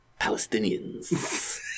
Palestinians